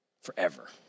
forever